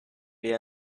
wie